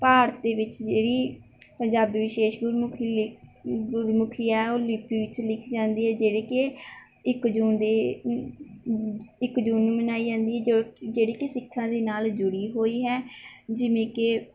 ਭਾਰਤੀ ਵਿੱਚ ਜਿਹੜੀ ਪੰਜਾਬੀ ਵਿਸ਼ੇਸ਼ ਗੁਰਮੁਖੀ ਲਿਪੀ ਗੁਰਮੁਖੀ ਹੈ ਉਹ ਲਿਪੀ ਵਿੱਚ ਲਿਖੀ ਜਾਂਦੀ ਹੈ ਜਿਹੜੀ ਕਿ ਇੱਕ ਜੂਨ ਦੇ ਇੱਕ ਜੂਨ ਨੂੰ ਮਨਾਈ ਜਾਂਦੀ ਹੈ ਜੋ ਜਿਹੜੀ ਕਿ ਸਿੱਖਾਂ ਦੇ ਨਾਲ ਜੁੜੀ ਹੋਈ ਹੈ ਜਿਵੇਂ ਕਿ